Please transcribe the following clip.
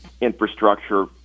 infrastructure